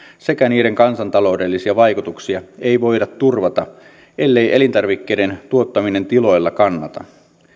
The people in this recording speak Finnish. sekä niiden kansantaloudellisia vaikutuksia ei voida turvata ellei elintarvikkeiden tuottaminen tiloilla kannata